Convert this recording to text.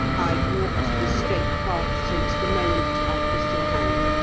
i've walked the straight path since the moment i kissed your hand.